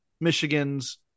Michigan's